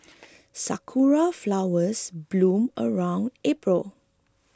sakura flowers bloom around April